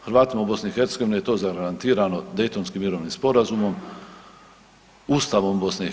Hrvatima u BiH je to zagarantirano Daytonskim mirovnim sporazumom, Ustavom BiH.